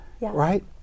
right